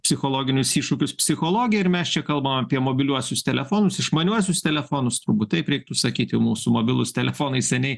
psichologinius iššūkius psichologė ir mes čia kalbam apie mobiliuosius telefonus išmaniuosius telefonus turbūt taip reiktų sakyt jau mūsų mobilūs telefonai seniai